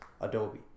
Adobe